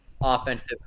offensive